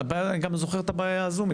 אני גם זוכר את הבעיה הזו.